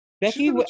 Becky